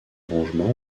rangement